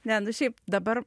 ne nu šiaip dabar